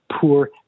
poor